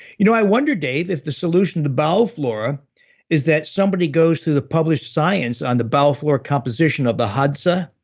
you know i wonder dave, if the solution to bowel flora is that somebody goes to the published science on the bowel flora composition of the hadza.